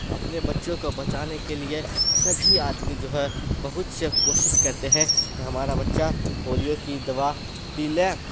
اپنے بچوں کو بچانے کے لیے سبھی آدمی جو ہے بہت سے کوشش کرتے ہیں کہ ہمارا بچہ پولیو کی دوا پی لے